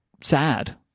sad